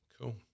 Cool